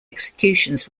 executions